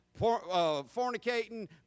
fornicating